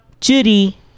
Judy